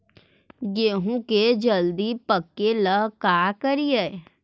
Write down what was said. गेहूं के जल्दी पके ल का करियै?